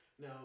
now